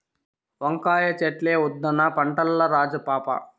వంకాయ చెట్లే ఉద్దాన పంటల్ల రాజు పాపా